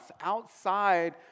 outside